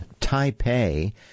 Taipei